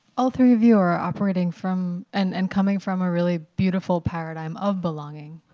all three of you are operating from and and coming from a really beautiful paradigm of belonging.